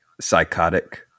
psychotic